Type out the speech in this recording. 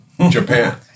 Japan